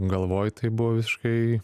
galvoj tai buvo visiškai